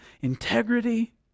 integrity